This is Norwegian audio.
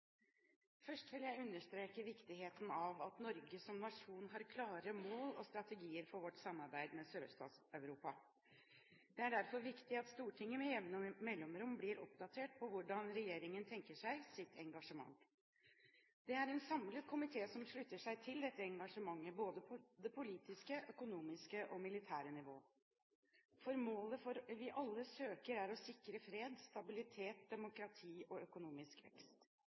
Først vil jeg understreke viktigheten av at Norge som nasjon har klare mål og strategier for vårt samarbeid med Sørøst-Europa. Det er derfor viktig at Stortinget med jevne mellomrom blir oppdatert på hvordan regjeringen tenker seg sitt engasjement. Det er en samlet komité som slutter seg til dette engasjementet både på det politiske, økonomiske og militære nivå. Målet vi alle søker, er å sikre fred, stabilitet, demokrati og økonomisk vekst.